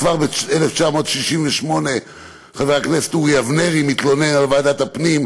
כבר ב-1968 חבר הכנסת אורי אבנרי התלונן על ועדת הפנים,